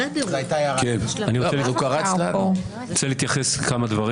למה משנה תוקף, הרי שם אמרנו שבעה?